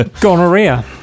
gonorrhea